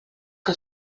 que